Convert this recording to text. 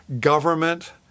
government